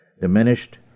Diminished